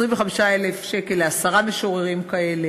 25,000 שקל לעשרה כאלה.